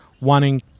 wanting